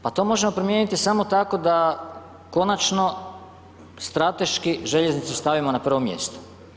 Pa to možemo promijeniti samo tako da konačno strateški željeznicu stavimo na prvo mjesto.